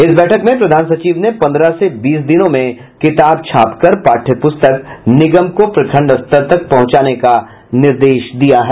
इस बैठक में प्रधान सचिव ने पंद्रह से बीस दिनों में किताब छापकर पाठ्य प्रस्तक निगम को प्रखण्ड स्तर तक पहुंचाने का निर्देश दिया है